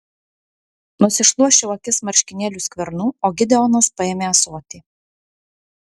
nusišluosčiau akis marškinėlių skvernu o gideonas paėmė ąsotį